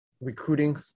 Recruiting